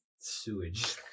sewage